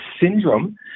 syndrome